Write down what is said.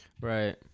Right